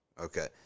Okay